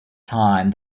time